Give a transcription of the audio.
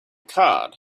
card